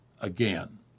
again